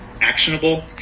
actionable